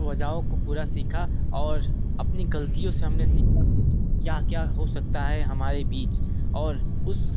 वजहों को पूरा सीखा और अपनी गलतियों से हमने सीखा कि क्या क्या हो सकता है हमारे बीच और उस